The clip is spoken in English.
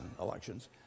elections